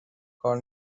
کار